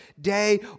day